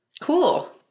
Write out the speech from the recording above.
cool